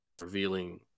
revealing